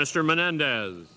mr menendez